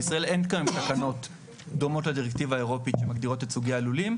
בישראל כאן תקנות דומות לדירקטיבה האירופית שמכירות את סוגי הלולים,